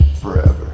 forever